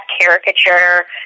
caricature